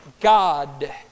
God